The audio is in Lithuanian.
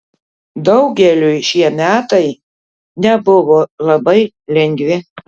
daugeliui šie metai nebuvo labai lengvi